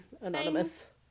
Anonymous